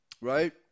right